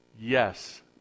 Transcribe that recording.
Yes